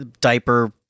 diaper